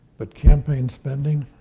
but campaign spending?